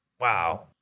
Wow